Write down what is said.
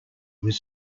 was